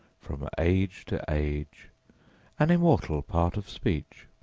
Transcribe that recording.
from age to age an immortal part of speech!